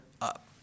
up